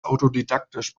autodidaktisch